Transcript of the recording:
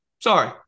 Sorry